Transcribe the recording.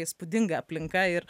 įspūdinga aplinka ir